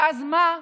ואז מה?